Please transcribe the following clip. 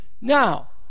Now